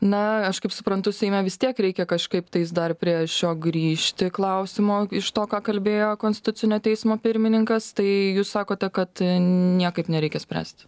na aš kaip suprantu seime vis tiek reikia kažkaip tais dar prie šio grįžti klausimo iš to ką kalbėjo konstitucinio teismo pirmininkas tai jūs sakote kad niekaip nereikia spręsti